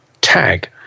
tag